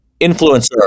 influencer